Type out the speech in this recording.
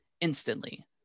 instantly